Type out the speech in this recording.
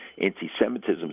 anti-Semitism